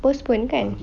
postpone kan